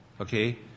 Okay